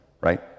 right